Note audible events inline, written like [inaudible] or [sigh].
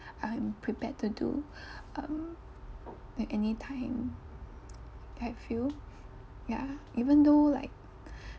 I'm prepared to do um at anytime that I feel ya even though like [breath]